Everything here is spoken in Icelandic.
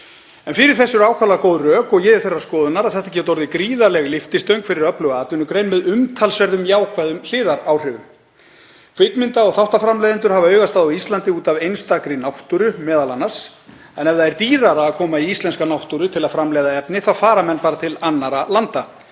Fyrir þessu eru ákaflega góð rök og ég er þeirrar skoðunar að þetta geti orðið gríðarleg lyftistöng fyrir öfluga atvinnugrein með umtalsverðum jákvæðum hliðaráhrifum. Kvikmynda- og þáttaframleiðendur hafa augastað á Íslandi út af einstakri náttúru m.a. en ef það er dýrara að koma í íslenska náttúru til að framleiða efni þá fara menn bara til annarra landa